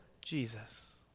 Jesus